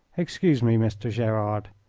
excuse me, mr. gerard.